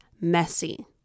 messy